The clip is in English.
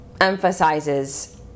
emphasizes